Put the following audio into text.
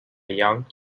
young